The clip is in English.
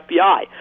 FBI